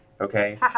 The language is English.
Okay